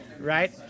Right